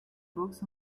books